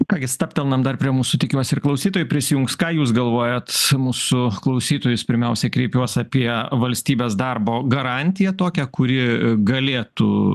ką gi stabtelnam dar prie mūsų tikiuosi ir klausytojai prisijungs ką jūs galvojat mūsų klausytojus pirmiausia kreipiuos apie valstybės darbo garantiją tokią kuri galėtų